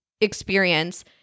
experience